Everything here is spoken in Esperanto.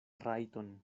rajton